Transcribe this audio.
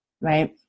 Right